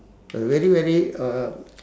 so very very uh